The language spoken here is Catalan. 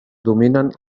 dominen